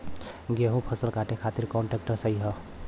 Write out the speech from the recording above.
गेहूँक फसल कांटे खातिर कौन ट्रैक्टर सही ह?